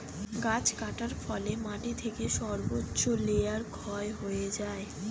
গাছ কাটার ফলে মাটি থেকে সর্বোচ্চ লেয়ার ক্ষয় হয়ে যায়